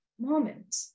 moment